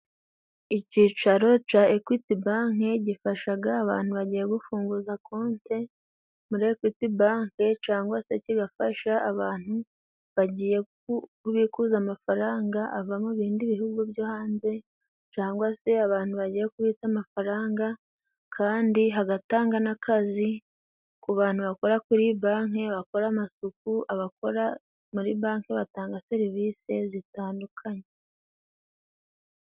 Icicaro ca Ekwitibanke gifashaga abantu bagiye gufunguza konti muri Ekwitibanke cangwa se kigafasha abantu bagiye kubikuza amafaranga ava mu bindi bihugu byo hanze ,cangwa se abantu bagiye kubitsa amafaranga kandi hagatangaga n'akazi ku bantu bakora kuri iyi banke abakora amasuku, abakora muri banke batanga serivisi zitandukanye.